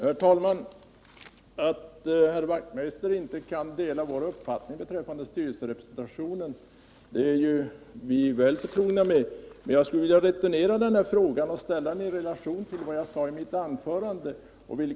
Herr talman! Vi är väl förtrogna med det förhållandet att herr Wachtmeister inte kan dela vår uppfattning beträffande styrelserepresentationen. Jag skulle vilja returnera frågan och ställa den i relation till vad jag sade i mitt tidigare anförande.